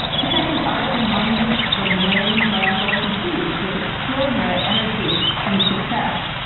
protecting art and monuments from rain, vandals and thieves with extraordinary energy and success.